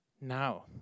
Now